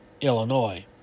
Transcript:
Illinois